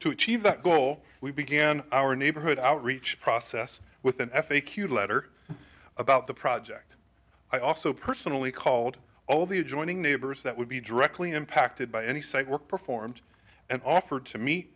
to achieve that goal we began our neighborhood outreach process with an f a q letter about the project i also personally called all the adjoining neighbors that would be directly impacted by any site work performed and offered to me